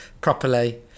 properly